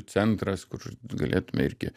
centras kur galėtume irgi